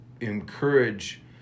encourage